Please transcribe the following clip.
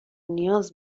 نیاز